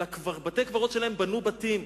על בתי-הקברות שלהם בנו בתים,